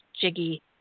jiggy